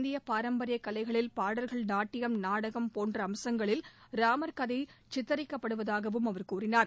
இந்திய பாரம்பரிய கலைகளில் பாடல்கள் நாட்டியம் நாடகம் போன்ற அம்சங்களில் ராமர் கதை சித்தரிக்கப்படுவதாகவும் அவர் கூறினார்